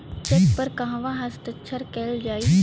Check पर कहवा हस्ताक्षर कैल जाइ?